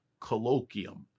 colloquium